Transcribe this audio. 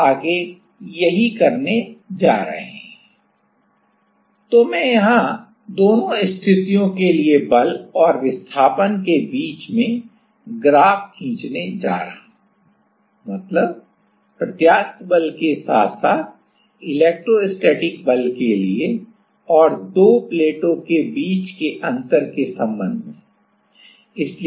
समाधान A एक स्थिर समाधान है or but शीर्ष प्लेट वापस A स्थिति में आ सकती है समाधान का विलय होगा तो मैं यहां दोनों स्थितियों के लिए बल और विस्थापन के बीच में ग्राफ खींचने जा रहा हूं मतलब प्रत्यास्थ बल के साथ साथ इलेक्ट्रोस्टैटिक बल के लिए और 2 प्लेटों के बीच के अंतर के संबंध में